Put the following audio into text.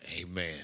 Amen